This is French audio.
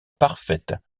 parfaite